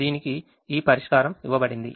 దీనికి ఈ పరిష్కారం ఇవ్వబడింది